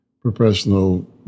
professional